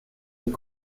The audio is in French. est